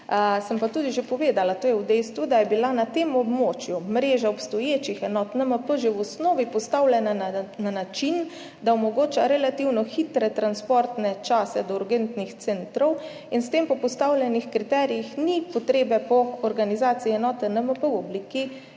sem pa tudi že povedala. To je v dejstvu, da je bila na tem območju mreža obstoječih enot NMP že v osnovi postavljena na način, da omogoča relativno hitre transportne čase do urgentnih centrov in s tem po postavljenih kriterijih ni potrebe po organizaciji enote NMP v obliki